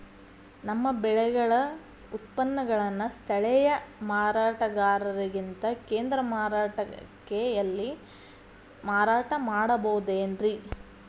ನಮ್ಮ ಬೆಳೆಗಳ ಉತ್ಪನ್ನಗಳನ್ನ ಸ್ಥಳೇಯ ಮಾರಾಟಗಾರರಿಗಿಂತ ಕೇಂದ್ರ ಮಾರುಕಟ್ಟೆಯಲ್ಲಿ ಮಾರಾಟ ಮಾಡಬಹುದೇನ್ರಿ?